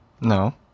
No